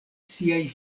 siaj